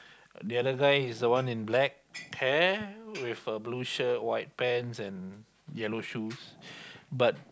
the other guy is the one in black pair with a blue shirt white pants and yellow shoes but